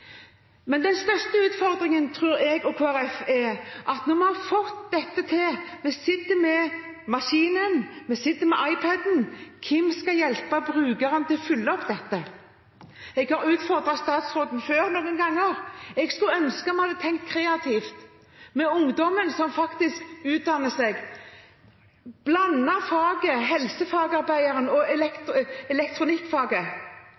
Men den største utfordringen er, tror jeg og Kristelig Folkeparti, at når vi har fått til dette – vi sitter med maskinen, vi sitter med iPad-en – hvem skal hjelpe brukerne til å følge opp dette? Jeg har utfordret statsråden noen ganger før. Jeg skulle ønske vi hadde tenkt kreativt med ungdommen som utdanner seg, og blandet fag som helsefagarbeider og